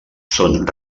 són